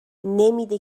نمیده